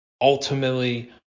ultimately